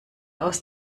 aus